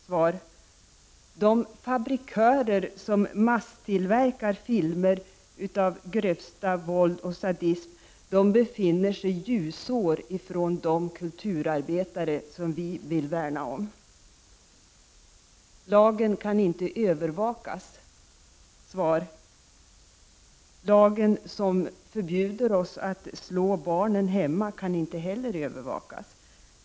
Svar: De fabrikörer som masstillverkar filmer av grövsta slag med våld och sadism befinner sig ljusår från de kulturarbetare vi vill värna om. Lagen kan inte övervakas. Svar: Inte heller lagen som förbjuder oss att slå barnen hemma kan övervakas.